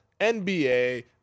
nba